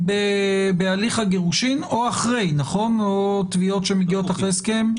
בהליך הגירושין או אחרי או תביעות שמגיעות אחרי הסכם.